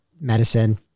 medicine